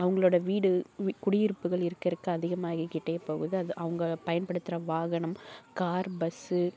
அவங்களோட வீடு குடி இருப்புகள் இருக்கற இருக்கற அதிகமாகிக்கிட்டே போகுது அது அவங்க பயன்படுத்துகிற வாகனம் காரு பஸ்ஸு